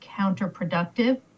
counterproductive